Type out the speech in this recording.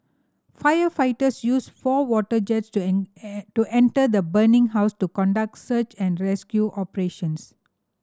firefighters used four water jets to to enter the burning house to conduct search and rescue operations